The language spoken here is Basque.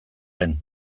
lehen